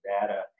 data